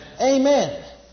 Amen